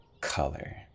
color